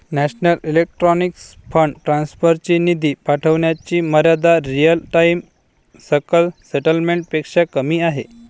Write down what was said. national electronic fund transfer ची निधी पाठविण्याची मर्यादा रिअल टाइम सकल सेटलमेंट पेक्षा कमी आहे